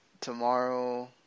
tomorrow